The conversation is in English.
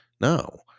no